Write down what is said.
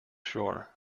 shore